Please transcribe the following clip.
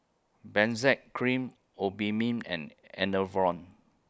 Benzac Cream Obimin and Enervon